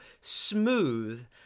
smooth